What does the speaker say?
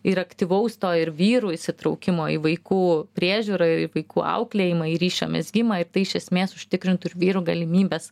ir aktyvaus to ir vyrų įsitraukimo į vaikų priežiūrą į vaikų auklėjimą į ryšio mezgimą ir tai iš esmės užtikrintų ir vyrų galimybes